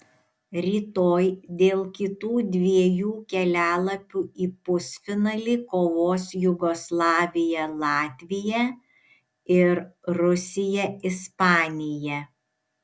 rytoj dėl kitų dviejų kelialapių į pusfinalį kovos jugoslavija latvija ir rusija ispanija